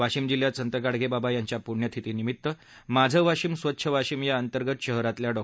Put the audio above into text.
वाशिम जिल्ह्यात संत गाडगेबाबा यांच्या पूण्यतिथी निमित्त माझं वाशिम स्वच्छ वाशिम या अंतर्गत शहरातल्या डॉ